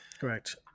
Correct